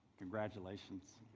congratulations